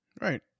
Right